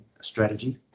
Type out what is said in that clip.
strategy